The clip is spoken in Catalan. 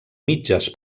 mitges